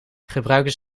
gebruiken